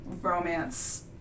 romance